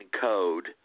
code